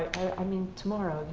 i mean tomorrow,